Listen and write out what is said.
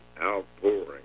outpouring